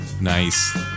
Nice